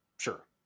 sure